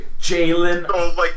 Jalen